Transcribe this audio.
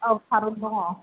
औ थारुन दङ